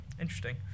interesting